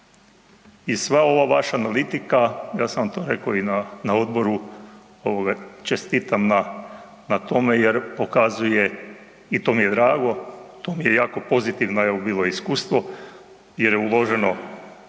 I sva ova vaša analitika, ja sam vam to rekao i na odboru, čestitam na tome jer pokazuje, i to mije drago, to mi je jako pozitivno bilo iskustvo jer je uloženo